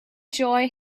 joy